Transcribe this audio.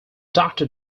doctor